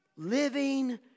Living